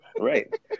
Right